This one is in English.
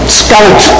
scout